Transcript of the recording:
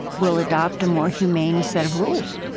we'll adopt a more humane set of rules,